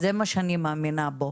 זה מה שאני מאמינה בו